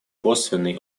косвенный